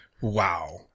wow